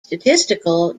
statistical